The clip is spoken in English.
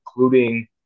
including